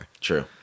true